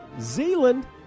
Zealand